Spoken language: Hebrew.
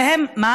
והם, לא